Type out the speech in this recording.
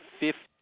fifth